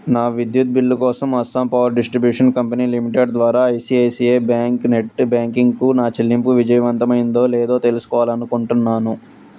నా విద్యుత్ బిల్లు కోసం Assam power distribution company limited ద్వారా I C I C I bank net బ్యాంకింగ్కు నా చెల్లింపు విజయవంతమైందో లేదో తెలుసుకోవాలి అనుకుంటున్నాను